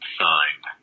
signed